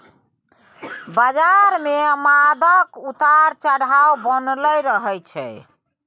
बजार मे दामक उतार चढ़ाव बनलै रहय छै